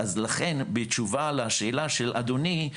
לכן בתשובה לשאלה של אדוני,